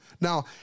Now